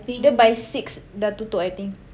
dia by six sudah tutup I think